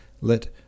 let